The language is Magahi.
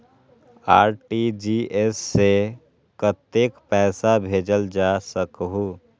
आर.टी.जी.एस से कतेक पैसा भेजल जा सकहु???